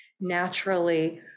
naturally